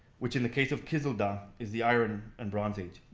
which in the case of kizildag is the iron and bronze age.